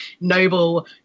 noble